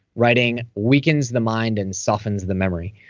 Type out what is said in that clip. writing weakens the mind and softens the memory.